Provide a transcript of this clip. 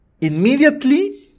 immediately